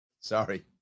Sorry